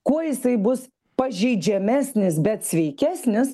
kuo jisai bus pažeidžiamesnis bet sveikesnis